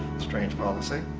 strange policy.